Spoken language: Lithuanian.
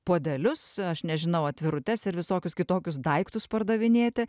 puodelius aš nežinau atvirutes ir visokius kitokius daiktus pardavinėti